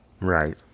right